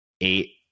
eight